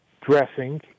dressing